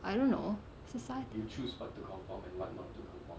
I don't know society